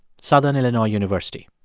southern illinois university.